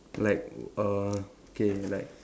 like err okay like